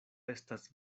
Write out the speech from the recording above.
estas